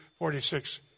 46